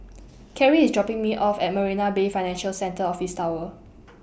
Keri IS dropping Me off At Marina Bay Financial Centre Office Tower